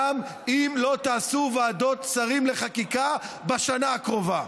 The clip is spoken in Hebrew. גם אם לא תעשו ועדות שרים לחקיקה בשנה הקרובה.